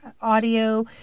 audio